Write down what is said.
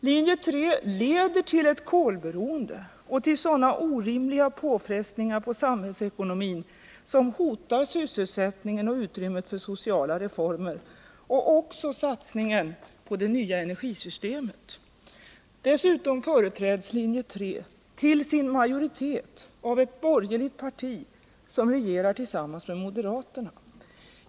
Linje 3 leder till ett kolberoende och till sådana orimliga påfrestningar på samhällsekonomin som hotar sysselsättningen och utrymmet för sociala reformer, men också satsningen på det nya energisystemet. Dessutom företräds linje 3 till sin majoritet av ett borgerligt parti som regerar tillsammans med moderaterna.